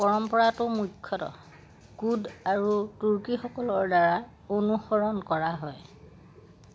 পৰম্পৰাটো মুখ্যতঃ কুৰ্দ আৰু তুৰ্কীসকলৰদ্বাৰা অনুসৰণ কৰা হয়